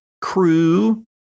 crew